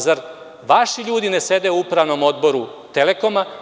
Zar vaši ljudi ne sede u upravnom odboru „Telekoma“